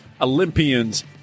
Olympians